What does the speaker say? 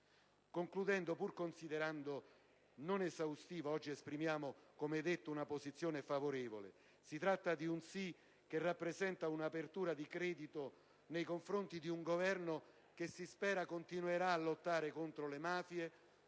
Concludendo, pur considerando il provvedimento non esaustivo, oggi esprimiamo - come già detto - una posizione favorevole. Si tratta di un sì che rappresenta una apertura di credito nei confronti di un Governo che si spera continuerà a lottare contro le mafie,